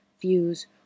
views